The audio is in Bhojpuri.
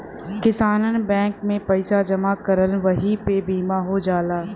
किसानन बैंक में पइसा जमा करलन वही पे बीमा हो जाला